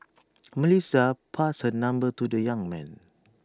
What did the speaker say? Melissa passed her number to the young man